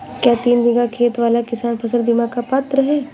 क्या तीन बीघा खेत वाला किसान फसल बीमा का पात्र हैं?